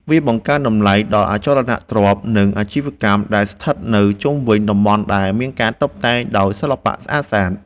វាបង្កើនតម្លៃដល់អចលនទ្រព្យ និងអាជីវកម្មដែលស្ថិតនៅជុំវិញតំបន់ដែលមានការតុបតែងដោយសិល្បៈស្អាតៗ។